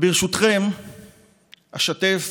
ברשותכם אשתף